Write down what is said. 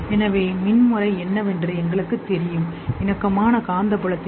எனவே மின் முறை என்னவென்று எங்களுக்குத் தெரியும்பற்றி எங்களுக்குத் தெரியும் இணக்கமான காந்தப்புலத்தைப்